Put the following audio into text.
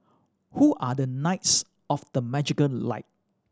who are the knights of the magical light